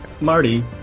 Marty